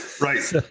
Right